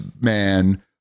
man